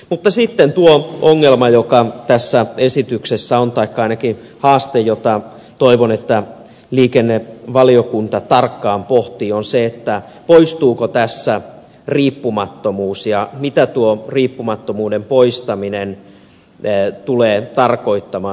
mutta sitten tuo ongelma joka tässä esityksessä on taikka ainakin haaste jota toivon että liikennevaliokunta tarkkaan pohtii on se poistuuko tässä riippumattomuus ja mitä tuo riippumattomuuden poistaminen tulee tarkoittamaan